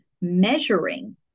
measuring